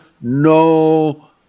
no